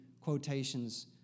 quotations